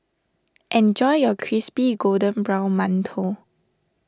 enjoy your Crispy Golden Brown Mantou